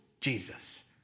Jesus